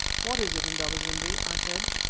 what is it, indaba-zimbi? i said.